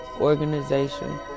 organization